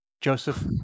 Joseph